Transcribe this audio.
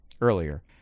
earlier